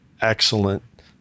excellent